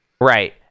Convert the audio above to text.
Right